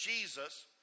Jesus